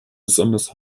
besonders